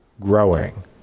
growing